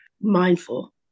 mindful